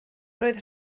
roedd